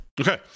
Okay